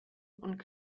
und